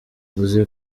uzi